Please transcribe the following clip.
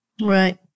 right